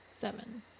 Seven